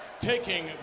taking